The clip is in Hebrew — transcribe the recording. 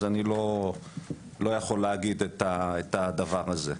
אז אני לא יכול להגיד את הדבר הזה.